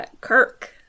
Kirk